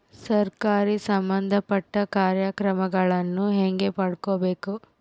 ಸರಕಾರಿ ಸಂಬಂಧಪಟ್ಟ ಕಾರ್ಯಕ್ರಮಗಳನ್ನು ಹೆಂಗ ಪಡ್ಕೊಬೇಕು?